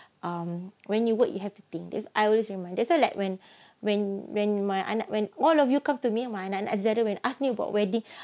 um when you work you have to think is I always remind that's why like when when when my anak when all of you come to me my anak anak saudara ask me about wedding